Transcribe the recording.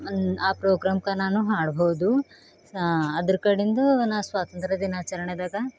ಆ ಪ್ರೋಗ್ರಾಮ್ಕ ನಾನು ಹಾಡಬಹುದು ಆ ಅದ್ರ ಕಡಿಂದು ನಾನು ಸ್ವಾತಂತ್ರ್ಯ ದಿನಾಚರಣೆದಾಗ